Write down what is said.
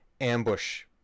ambush